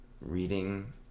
reading